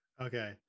Okay